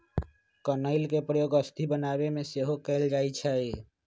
कनइल के प्रयोग औषधि बनाबे में सेहो कएल जाइ छइ